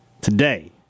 Today